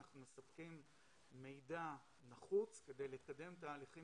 ואנחנו מספקים מידע נחוץ כדי לקדם תהליכים